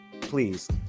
please